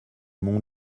mon